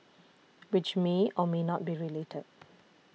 which may or may not be related